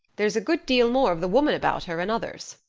there's a good deal more of the woman about her in others,